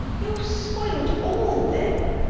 you have spoil'd all then.